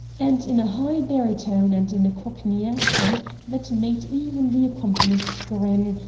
and in a high barytone, and in a cockney accent that made even the accompanist grin,